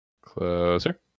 Closer